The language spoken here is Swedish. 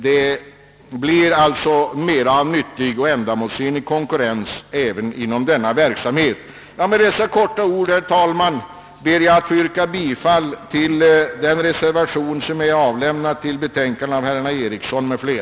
Det blir alltså en nyttig och ändamålsenlig konkurrens även inom denna verksamhet. Med detta korta anförande, herr talman, ber jag att få yrka bifall till den reservation av herr John Ericsson m.fl. som är fogad till utlåtandet.